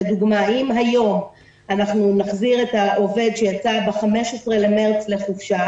לדוגמה אם היום נחזיר את העובד שיצא ב-15 במרץ לחופשה,